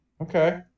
Okay